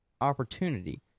opportunity